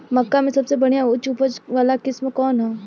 मक्का में सबसे बढ़िया उच्च उपज वाला किस्म कौन ह?